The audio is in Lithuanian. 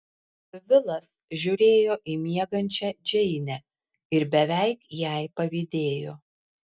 vilas žiūrėjo į miegančią džeinę ir beveik jai pavydėjo